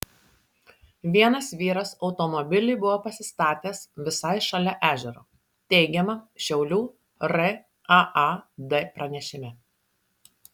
vienas vyras automobilį buvo pasistatęs visai šalia ežero teigiama šiaulių raad pranešime